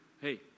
hey